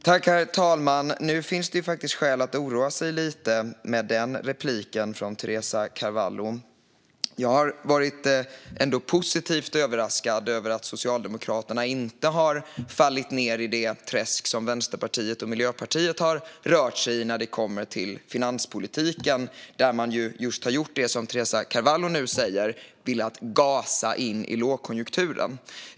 Herr talman! Nu finns det faktiskt skäl att oroa sig lite efter repliken från Teresa Carvalho. Jag har ändå varit positivt överraskad av att Socialdemokraterna inte har fallit ned i det träsk som Vänsterpartiet och Miljöpartiet har rört sig i när det kommer till finanspolitiken, där man ju, just som Teresa Carvalho nu säger, velat gasa in i lågkonjunkturen.